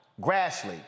Grassley